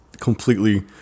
completely